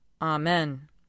Amen